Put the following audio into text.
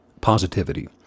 positivity